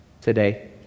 Today